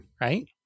Right